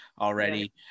already